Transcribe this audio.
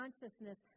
consciousness